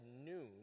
noon